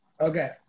Okay